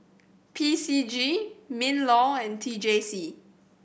P C G MinLaw and T J C